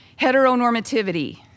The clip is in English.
Heteronormativity